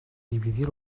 dividir